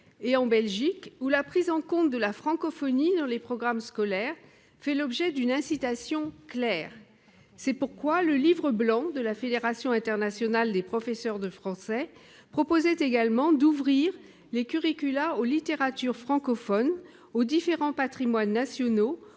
et à la Belgique, où la prise en compte de la francophonie dans les programmes scolaires fait l'objet d'une incitation claire. C'est pourquoi le livre blanc de la Fédération internationale des professeurs de français proposait également d'« ouvrir les curricula aux littératures francophones, aux différents patrimoines nationaux,